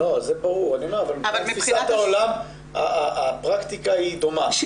לא, זה ברור, אבל בתפיסת העולם הפרקטיקה היא דומה.